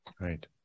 right